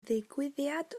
ddigwyddiad